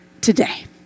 today